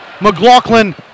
McLaughlin